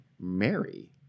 Mary